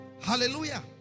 Hallelujah